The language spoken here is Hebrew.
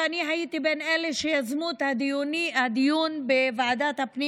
אני הייתי בין אלה שיזמו את הדיון בוועדת הפנים